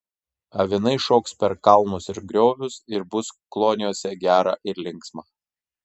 avinai šoks per kalnus ir griovius ir bus kloniuose gera ir linksma